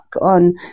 on